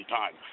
time